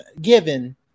given